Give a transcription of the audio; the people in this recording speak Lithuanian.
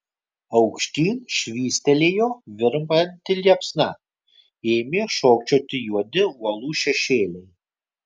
aukštyn švystelėjo virpanti liepsna ėmė šokčioti juodi uolų šešėliai